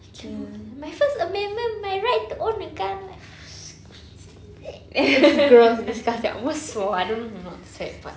I cannot eh my first amendment my right to own a gun like it's gross dude disgusti~ I almost swore I don't know if I'm allowed to swear but